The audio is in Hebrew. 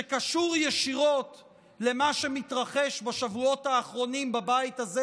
שקשור ישירות למה שמתרחש בשבועות האחרונים בבית הזה,